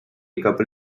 couple